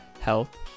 health